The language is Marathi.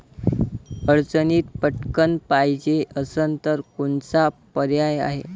अडचणीत पटकण पायजे असन तर कोनचा पर्याय हाय?